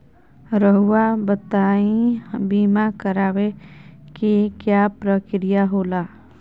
रहुआ बताइं बीमा कराए के क्या प्रक्रिया होला?